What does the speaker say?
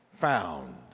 found